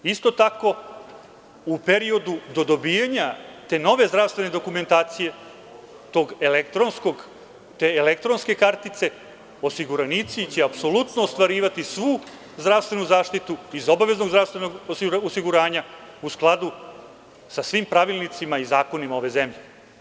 Isto tako, u periodu do dobijanja te nove zdravstvene dokumentacije, te elektronske kartice, osiguranici će apsolutno ostvarivati svu zdravstvenu zaštitu iz obaveznog zdravstvenog osiguranja u skladu sa svim pravilnicima i zakonima ove zemlje.